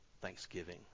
thanksgiving